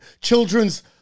children's